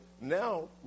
now